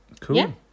Cool